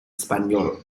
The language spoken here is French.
espagnole